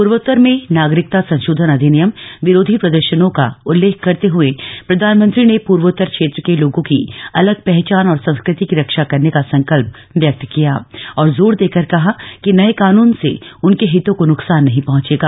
पूर्वोत्तर में नागरिकता संशोधन अधिनियम विरोधी प्रदर्शनों का उल्लेख करते हुए प्रधानमंत्री ने पूर्वोत्तर क्षेत्र के लोगों की अलग पहचान और संस्कृति की रक्षा करने का संकल्प व्यक्त किया और जोर देकर कहा कि नए कानून से उनके हितों को नुकसान नहीं पहंचेगा